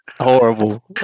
Horrible